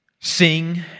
sing